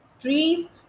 Trees